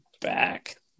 back